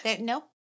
no